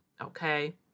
okay